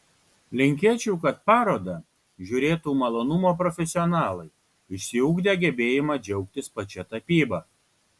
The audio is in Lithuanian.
linkėčiau kad parodą žiūrėtų malonumo profesionalai išsiugdę gebėjimą džiaugtis pačia tapyba